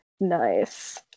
Nice